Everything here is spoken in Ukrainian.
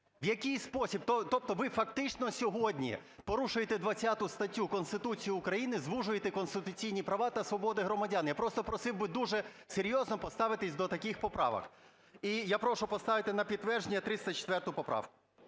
в який спосіб… Тобто ви фактично сьогодні порушуєте 20 статтю Конституції України – звужуєте конституційні права та свободи громадян. Я просто просив би дуже серйозно поставитись до таких поправок. І я прошу поставити на підтвердження 304 поправку.